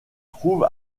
trouve